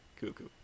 Cuckoo